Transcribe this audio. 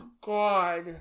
God